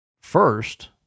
First